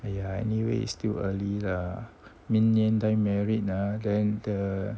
!aiya! anyway still early lah 明年他们 married ah then the